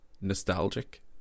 nostalgic